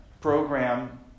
program